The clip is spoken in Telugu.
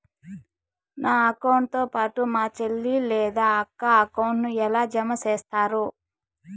నా అకౌంట్ తో పాటు మా చెల్లి లేదా అక్క అకౌంట్ ను ఎలా జామ సేస్తారు?